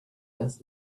asked